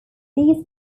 these